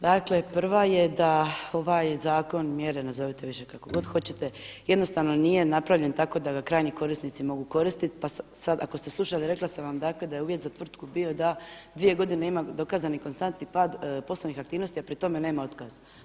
Dakle prva je da ovaj zakon, mjere nazovite više kako god hoćete jednostavno nije napravljen tako da ga krajnji korisnici mogu koristiti pa sada ako ste slušali rekla sam vam da je uvjet za tvrtku bio da dvije godine ima dokazani konstantni pad poslovnih aktivnosti, a pri tome nema otkaza.